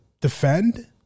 defend